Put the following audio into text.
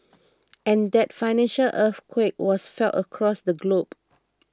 and that financial earthquake was felt across the globe